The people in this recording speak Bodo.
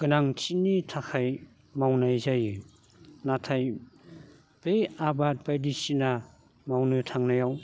गोनांथिनि थाखाय मावनाय जायो नाथाय बै आबाद बायदिसिना मावनो थांनायाव